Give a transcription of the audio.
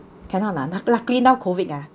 cannot lah luck~ luckily now COVID ah